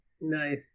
nice